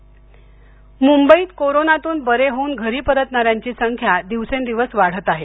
कोरोनानंतर मुंबईत कोरोनातून बरे होऊन घरी परतणा यांची संख्या दिवसेंदिवस वाढते आहे